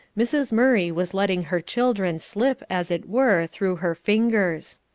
mrs. murray was letting her children slip, as it were, through her fingers.